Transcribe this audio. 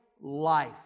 life